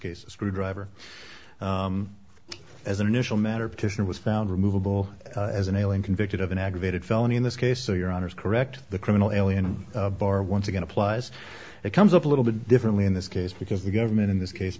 case a screwdriver as an initial matter petition was found removable as an alien convicted of an aggravated felony in this case so your honor is correct the criminal alien bar once again applies it comes up a little bit differently in this case because the government in this case